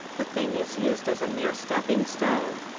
the thing is used as a mere stepping stone.